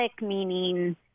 meaning